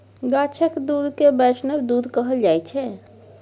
गाछक दुध केँ बैष्णव दुध कहल जाइ छै